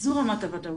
זו רמת הודאות'.